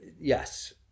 yes